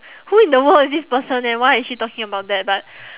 who in the world is this person and why is she talking about that but